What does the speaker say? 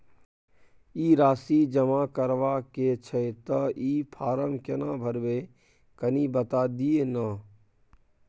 ई राशि जमा करबा के छै त ई फारम केना भरबै, कनी बता दिय न?